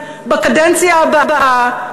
בקדנציה הבאה.